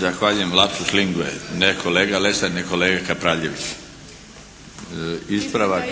Darko (HDZ)** Zahvaljujem. Lapsus lingue, ne kolega Lesar nego kolega Kapraljević. Ispravak